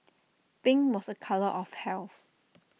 pink was A colour of health